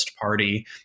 party